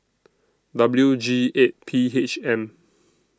W G eight P H M